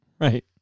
Right